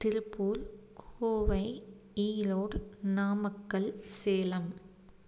Tiruppur Kovai Erode Namakkal Salem